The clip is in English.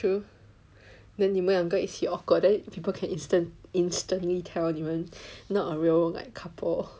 ah true then 你们两个一起 awkward then people can instantly tell 你们 not a real like couple